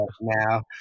now